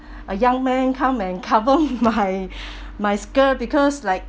a young man come and cover my my skirt because like